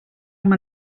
amb